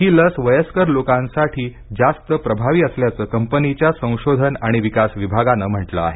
ही लस वयस्कर लोकांसाठी जास्त प्रभावी असल्याचं कंपनीच्या संशोधन आणि विकास विभागाने म्हटलं आहे